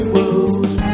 World